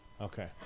Okay